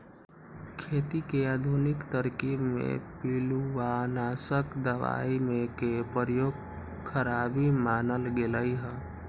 खेती के आधुनिक तरकिब में पिलुआनाशक दबाई के प्रयोग खराबी मानल गेलइ ह